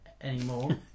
anymore